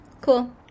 Cool